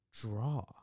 draw